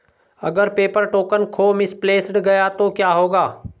अगर paper token खो misplaced गया तो क्या होगा?